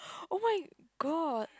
oh my god